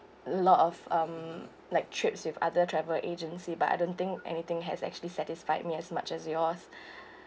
lot of um like trips with other travel agency but I don't think anything has actually satisfied me as much as yours